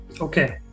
Okay